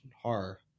horror